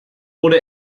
wurde